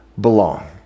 belong